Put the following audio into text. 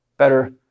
Better